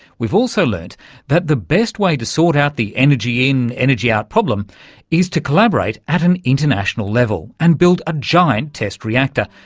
we've also learnt that the best way to sort out the energy in energy out problem is to collaborate at an international level and build a giant test reactor,